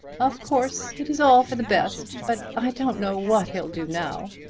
of course it is all for the best but i don't know what he'll do now.